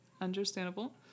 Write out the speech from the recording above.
understandable